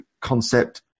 concept